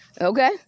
okay